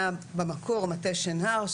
במקור זה היה מטה שנהר,